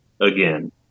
again